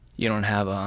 you don't have ah